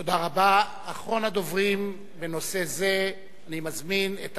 אחרון הדוברים בנושא זה, אני מזמין את אריה אלדד.